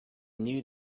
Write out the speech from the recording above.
knew